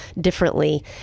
differently